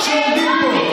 בצלאל,